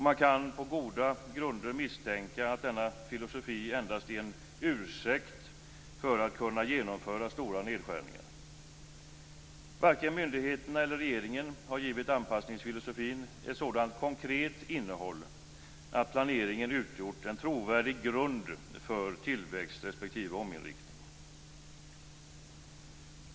Man kan på goda grunder misstänka att denna filosofi endast är en ursäkt för att kunna genomföra stora nedskärningar. Varken myndigheterna eller regeringen har givit anpassningsfilosofin ett så konkret innehåll att planeringen utgjort en trovärdig grund för tillväxt respektive ändrad inriktning.